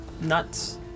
nuts